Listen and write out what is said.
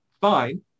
fine